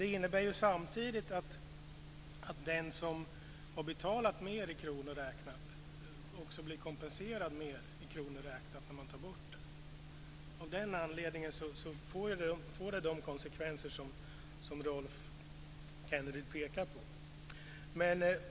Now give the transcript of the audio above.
Det innebär samtidigt att den som har betalat mer i kronor räknat också blir kompenserad mer i kronor räknat när man tar bort det. Av den anledningen får det de konsekvenser som Rolf Kenneryd pekar på.